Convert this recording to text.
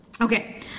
Okay